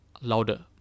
louder